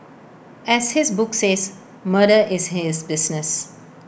as his book says murder is his business